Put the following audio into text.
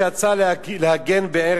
שיצאה להגן,